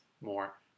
more